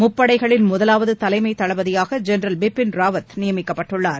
முப்படைகளின் முதலாவது தலைமைத் தளபதியாக ஜெனரல் பிபின் ராவக் நியமிக்கப்பட்டுள்ளார்